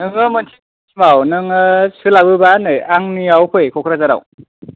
नोङो मोनसे नोङो सोलाबोबा नै आंनियाव फै क'क्राझाराव